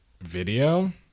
video